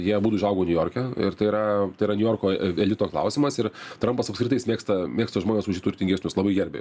jie abudu užaugo niujorke ir tai yra tai yra niujorko elito klausimas ir trampas apskritai jis mėgsta mėgsta žmones už jį turtingesnius labai gerbia